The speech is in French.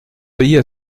veiller